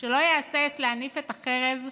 שלא יהסס להניף את החרב,